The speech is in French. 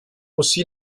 aussi